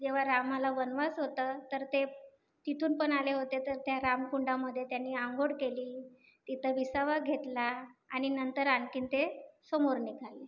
जेव्हा रामाला वनवास होता तर ते तिथून पण आले होते तर त्या रामकुंडामध्ये त्यांनी अंघोळ केली तिथं विसावा घेतला आणि नंतर आणखी ते समोर निघाले